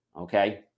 Okay